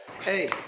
Hey